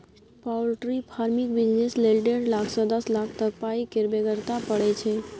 poultry फार्मिंगक business लेल डेढ़ लाख सँ दस लाख तक पाइ केर बेगरता परय छै